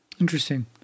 Interesting